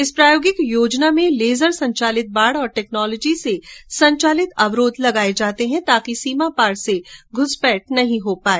इस प्रायोगिक योजना में लेजर संचालित बाड़ और टेक्नोलॉजी से संचालित अवरोध लगाये जाते हैं ताकि सीमा पार से घ्रसपैठ नहीं हो पाए